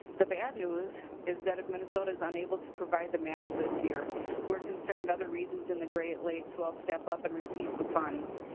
the bad news is that it minnesota is unable to provide the match this year we are concern other regions in the great lakes will step up and receive the funds.